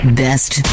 best